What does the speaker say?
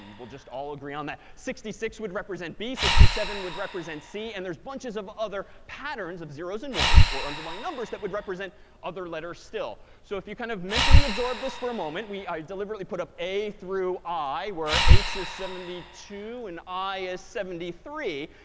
we'll just all agree on that. sixty six would represent b, sixty seven would represent c, and there's bunches of other patterns of zeros and ones, or underlying numbers, that would represent other letters still. so if you kind of mentally absorb this for a moment, i deliberately put up a through i, where h a seventy two and i is seventy three.